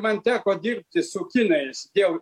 man teko dirbti su kinais dėl